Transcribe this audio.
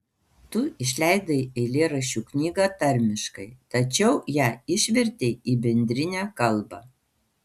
tu išleidai eilėraščių knygą tarmiškai tačiau ją išvertei į bendrinę kalbą